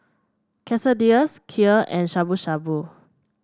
Quesadillas Kheer and Shabu Shabu